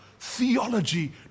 theology